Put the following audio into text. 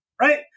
right